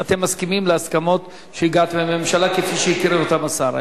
אתם מסכימים להסכמות שהגעתם אליהן עם הממשלה כפי שהקריא אותן השר?